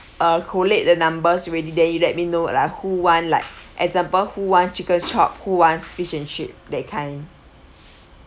collect the numbers you ready there and you let me know lah who want like example who want chicken chop who wants fish and chip that kind